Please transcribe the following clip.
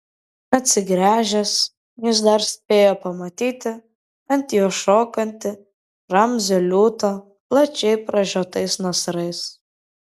atsigręžęs jis dar spėjo pamatyti ant jo šokantį ramzio liūtą plačiai pražiotais nasrais